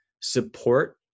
support